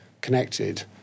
connected